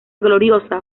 gloriosa